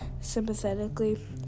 sympathetically